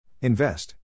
Invest